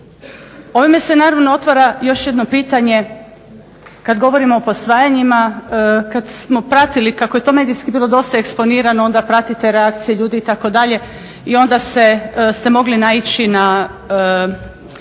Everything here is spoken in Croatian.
Ovime se naravno otvara još jedno pitanje kad govorimo o posvajanjima. Kad smo pratili kako je to medijski bilo dosta eksponirano onda pratite reakcije ljudi itd. i onda ste mogli naići na